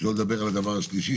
שלא לדבר על הדבר השלישי,